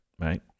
Right